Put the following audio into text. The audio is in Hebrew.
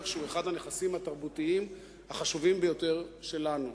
שהוא אחד הנכסים התרבותיים החשובים ביותר שלנו.